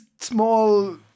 small